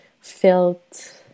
felt